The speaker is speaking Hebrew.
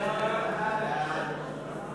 סעיף 2 נתקבל.